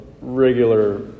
regular